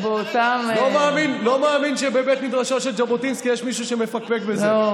לא מאמין שבבית מדרשו של ז'בוטינסקי יש מישהו שמפקפק בזה.